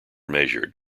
measured